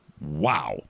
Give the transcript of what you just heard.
Wow